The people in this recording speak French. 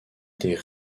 des